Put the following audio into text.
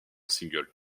single